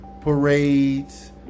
parades